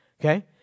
okay